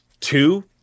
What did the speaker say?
two